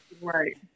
Right